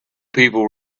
people